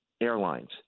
airlines